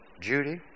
Judy